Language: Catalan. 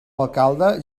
alcalde